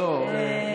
לא, לא.